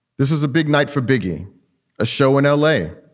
this is a big night for beginning a show in l a,